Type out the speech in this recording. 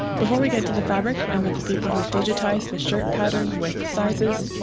before we get to the fabric, i met the people who digitized the shirt pattern with sizes